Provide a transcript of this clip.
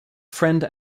friend